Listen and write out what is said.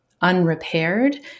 unrepaired